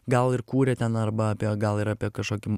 gal ir kūrė ten arba apie gal ir apie kažkokį